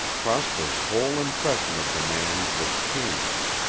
prosper's whole impression of the man was changed,